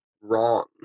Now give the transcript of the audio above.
wrong